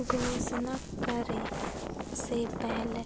घोषणा करे से पहले